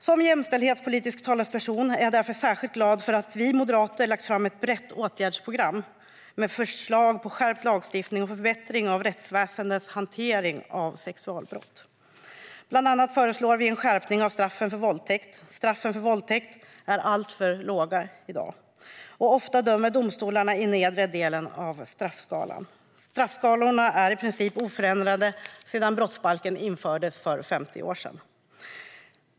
Som jämställdhetspolitisk talesperson är jag särskilt glad över att vi moderater har lagt fram ett brett åtgärdsprogram med förslag på skärpt lagstiftning och förbättringar av rättsväsendets hantering av sexualbrott. Bland annat föreslår vi en skärpning av straffen för våldtäkt. Straffen för våldtäkt är alltför låga i dag, och ofta dömer domstolarna i nedre delen av straffskalan. Straffskalorna är i princip oförändrade sedan brottsbalken infördes för 50 år sedan.